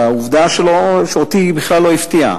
העובדה שאותי היא בכלל לא הפתיעה: